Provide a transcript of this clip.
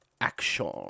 action